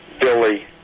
Billy